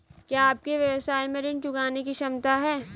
क्या आपके व्यवसाय में ऋण चुकाने की क्षमता है?